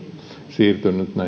siirtynyt